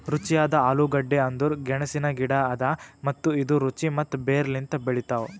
ರುಚಿಯಾದ ಆಲೂಗಡ್ಡಿ ಅಂದುರ್ ಗೆಣಸಿನ ಗಿಡ ಅದಾ ಮತ್ತ ಇದು ರುಚಿ ಮತ್ತ ಬೇರ್ ಲಿಂತ್ ಬೆಳಿತಾವ್